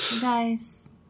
guys